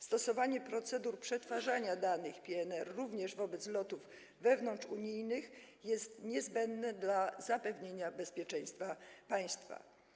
Stosowanie procedur przetwarzania danych PNR również wobec lotów wewnątrzunijnych jest niezbędne dla zapewnienia bezpieczeństwa państwa.